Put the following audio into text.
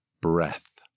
Breath